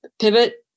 pivot